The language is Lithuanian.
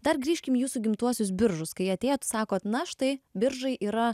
dar grįžkim į jūsų gimtuosius biržus kai atėjot sakot na štai biržai yra